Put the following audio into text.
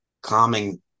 calming